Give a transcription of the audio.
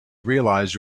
realize